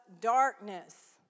darkness